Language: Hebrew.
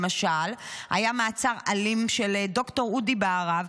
למשל, היה מעצר אלים של ד"ר אודי בהרב.